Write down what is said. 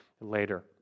later